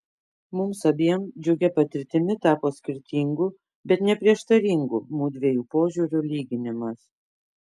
mums abiem džiugia patirtimi tapo skirtingų bet ne prieštaringų mudviejų požiūrių lyginimas